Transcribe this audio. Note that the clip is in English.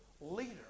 leader